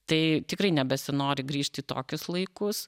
tai tikrai nebesinori grįžt į tokius laikus